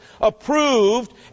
approved